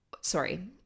sorry